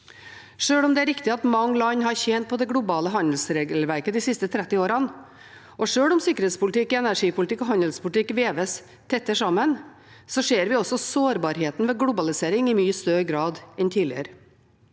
Sjøl om det er riktig at mange land har tjent på det globale handelsregelverket de siste 30 årene, og sjøl om sikkerhetspolitikk, energipolitikk og handelspolitikk veves tettere sammen, ser vi også sårbarheten ved globalisering i mye større grad enn tidligere.